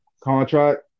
contract